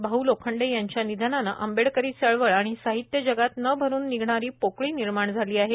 भाऊ लोखंडे यांच्या निधनाने आंबेडकरी चळवळ आणि साहित्य जगात न अरून निघणारी पोकळी निर्माण झाली आहे